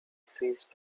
ceased